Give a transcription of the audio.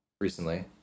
recently